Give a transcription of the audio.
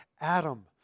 Adam